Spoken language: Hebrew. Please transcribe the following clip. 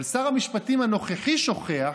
אבל שר המשפטים הנוכחי שוכח.